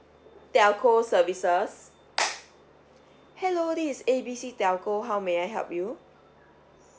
telco services hello this is A B C telco how may I help you